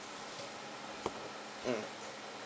mm